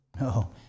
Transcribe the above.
No